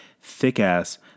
thick-ass